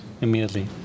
immediately